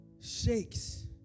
shakes